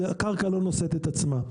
הקרקע לא נושאת את עצמה.